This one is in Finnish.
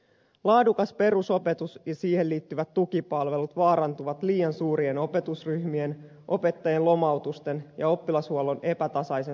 laadukas perusopetus ja siihen liittyvät tukipalvelut vaarantuvat liian suurien opetusryhmien opettajien lomautusten ja oppilashuollon epätasaisen saatavuuden myötä